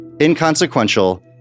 inconsequential